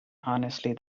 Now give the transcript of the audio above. honestly